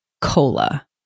cola